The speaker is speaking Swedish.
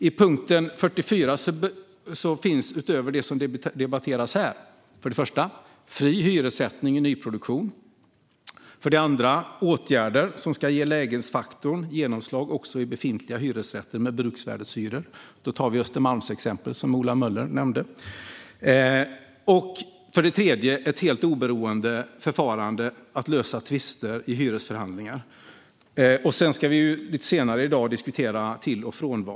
I punkt 44 finns utöver det som debatteras här för det första fri hyressättning i nyproduktion, för det andra åtgärder som ska ge lägesfaktorn ett genomslag också i befintliga hyresrätter med bruksvärdeshyror - där har vi Östermalmsexemplet som Ola Möller nämnde - och för det tredje ett helt oberoende förfarande vid tvister i hyresförhandlingar. Lite senare i dag ska vi också diskutera till och frånval.